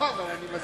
אבל אני מסכים אתך.